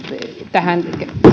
tähän